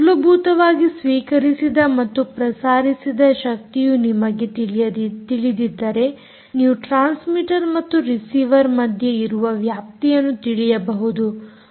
ಮೂಲಭೂತವಾಗಿ ಸ್ವೀಕರಿಸಿದ ಮತ್ತು ಪ್ರಸಾರಿಸಿದ ಶಕ್ತಿಯು ನಿಮಗೆ ತಿಳಿದಿದ್ದರೆ ನೀವು ಟ್ರಾನ್ಸ್ಮಿಟರ್ ಮತ್ತು ರಿಸಿವರ್ನ ಮಧ್ಯೆ ಇರುವ ವ್ಯಾಪ್ತಿಯನ್ನು ತಿಳಿಯಬಹುದು